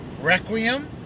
Requiem